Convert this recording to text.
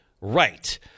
right